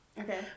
Okay